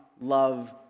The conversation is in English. love